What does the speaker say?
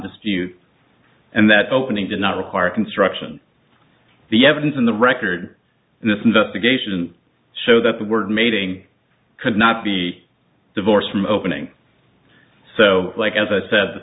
dispute and that opening did not require construction be evidence in the record in this investigation so that the word mating could not be divorced from opening so like as i said the